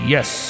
Yes